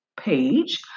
page